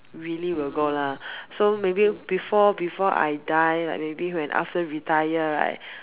really will go lah so maybe before before I die like maybe after retire right